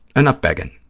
enough begging,